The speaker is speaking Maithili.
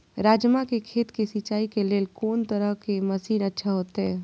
राजमा के खेत के सिंचाई के लेल कोन तरह के मशीन अच्छा होते?